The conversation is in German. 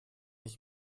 ich